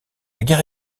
guerre